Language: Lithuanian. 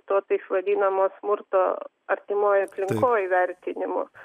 to taip vadinamo smurto artimoj aplinkoj vertinimo